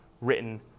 written